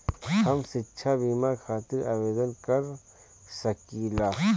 हम शिक्षा बीमा खातिर आवेदन कर सकिला?